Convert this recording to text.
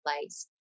place